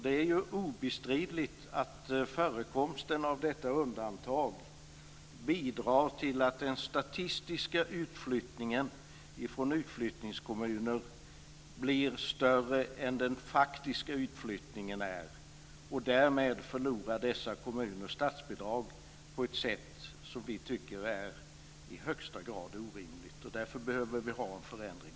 Det är obestridligt att förekomsten av detta undantag bidrar till att den statistiska utflyttningen från utflyttningskommuner blir större än den faktiska utflyttningen är. Därmed förlorar dessa kommuner statsbidrag på ett sätt som vi tycker är i högsta grad orimligt. Därför behövs en förändring.